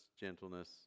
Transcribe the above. gentleness